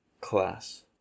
class